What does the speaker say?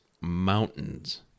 mountains